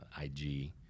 IG